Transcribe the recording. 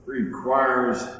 requires